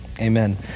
Amen